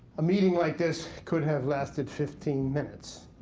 a meeting like this could have lasted fifteen minutes,